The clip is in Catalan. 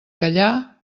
callar